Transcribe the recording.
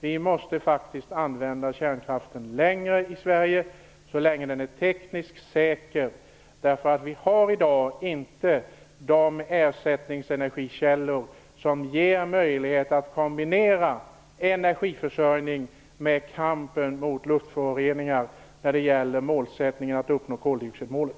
Vi måste faktiskt använda kärnkraften längre i Sverige, så länge den är tekniskt säker. Vi har i dag inte de ersättningsenergikällor som ger möjlighet att kombinera energiförsörjning med kamp mot luftföroreningar vad gäller målsättningen att uppnå koldioxidmålet.